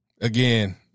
Again